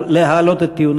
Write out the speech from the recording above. שזה לכבודה